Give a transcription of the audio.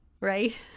Right